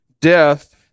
death